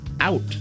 out